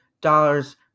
dollars